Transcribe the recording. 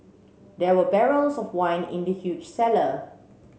there were barrels of wine in the huge cellar